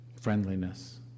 Friendliness